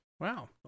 Wow